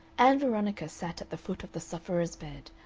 ann veronica sat at the foot of the sufferer's bed,